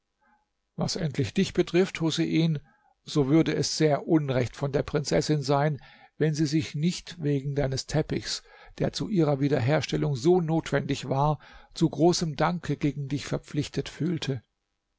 was endlich dich betrifft husein so würde es sehr unrecht von der prinzessin sein wenn sie sich nicht wegen deines teppichs der zu ihrer wiederherstellung so notwendig war zu großem danke gegen dich verpflichtet fühlte